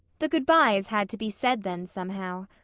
the good-byes had to be said then somehow.